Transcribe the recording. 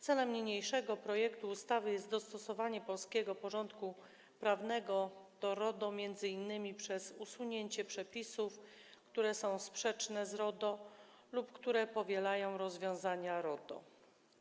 Celem niniejszego projektu ustawy jest dostosowanie polskiego porządku prawnego do RODO m.in. przez usunięcie przepisów, które są sprzeczne z RODO lub które powielają rozwiązania RODO.